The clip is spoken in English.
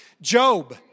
Job